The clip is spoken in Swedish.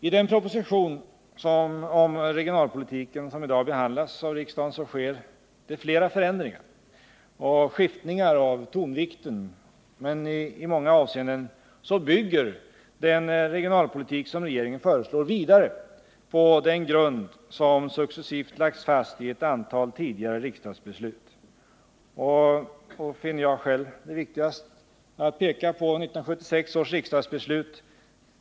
I den proposition om regionalpolitiken som i dag behandlas av riksdagen sker det flera förändringar och skiftningar av tonvikten. Men i många avseenden bygger den regionalpolitik som regeringen föreslår vidare på den grund som successivt lagts fast i ett antal tidigare riksdagsbeslut. Själv finner jag det viktigast att peka på 1976 års riksdagsbeslut.